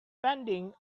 vending